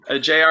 JR